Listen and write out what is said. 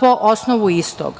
po osnovu istog,